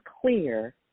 clear